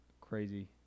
crazy